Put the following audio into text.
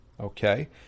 Okay